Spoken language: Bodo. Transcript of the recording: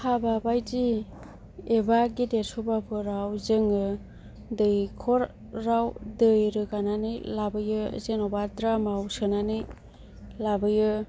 हाबा बायदि एबा गेदेर सभाफोराव जोङो दैख'राव दै रोगानानै लाबोयो जेनेबा ड्राम आव सोनानै लाबोयो